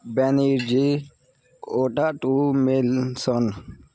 ਬੈਨੇਜੀ ਓਡਾ ਟੂ ਮਿਲਸਨ